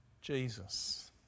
Jesus